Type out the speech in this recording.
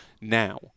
now